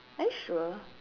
are you sure